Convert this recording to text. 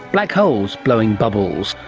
black holes, blowing bubbles.